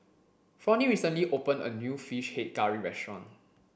Fronnie recently opened a new fish head curry restaurant